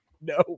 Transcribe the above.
No